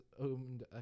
owned